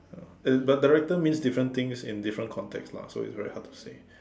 ya but director means different things in different context lah so it's very hard to say